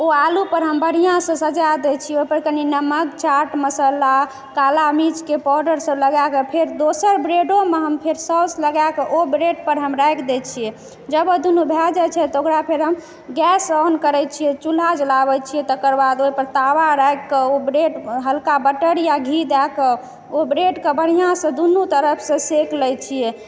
ओ आलूपर हम बढिआँसँ सजा दै छियै ओहिपर कनि नमक चाट मसाला काला मिर्चके पाउडर सब लगाकऽ फेर दोसर ब्रेडोमे हम फेर सौस लगाकऽ ओ ब्रेडपर हम राखि दै छियै जब ओ दूनु भए जाइ छै तऽ ओकरा फेर हम गैस ओन करै छियै चुलहा जलाबै छियै तकर बाद ओहिपर तावा राखि कऽ हल्का बटर या घी दए कऽ ओ ब्रेडके बढिआँसँ दूनु तरफसँ सेक लै छियै तकर